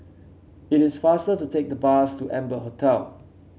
it is faster to take the bus to Amber Hotel